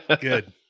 Good